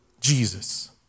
Jesus